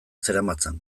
zeramatzan